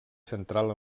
central